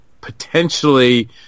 potentially